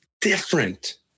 different